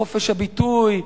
חופש הביטוי,